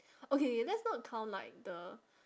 okay let's not count like the